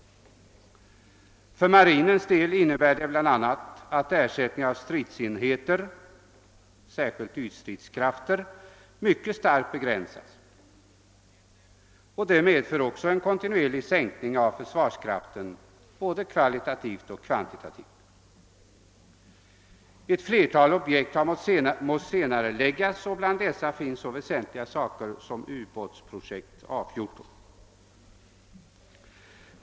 För marinens del innebär det bl.a. att ersättning av stridsenheter, särskilt ytstridskrafter, mycket starkt begränsas, vilket medför en kontinuerlig sänkning av försvarskraften både kvalitativt och kvantitativt. Ett flertal objekt har måst senareläggas, och bland dessa finns så väsentliga saker som ubåtsprojekt A 14.